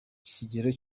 kigero